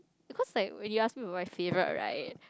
because like when you ask me about my favourite right